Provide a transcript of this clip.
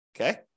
Okay